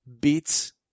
beats